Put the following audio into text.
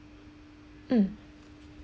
mm